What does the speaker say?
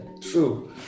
true